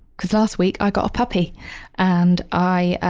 because last week i got a puppy and i,